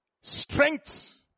Strength